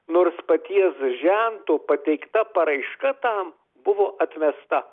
nors paties žentu pateikta paraiška tam buvo atvesta